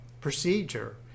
procedure